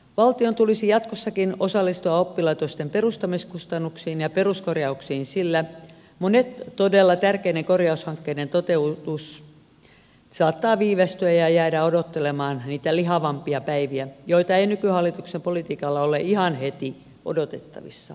valtion tulisi jatkossakin osallistua oppilaitosten perustamiskustannuksiin ja peruskorjauksiin sillä monien todella tärkeiden korjaushankkeiden toteutus saattaa viivästyä ja jäädä odottelemaan niitä lihavampia päiviä joita ei nykyhallituksen politiikalla ole ihan heti odotettavissa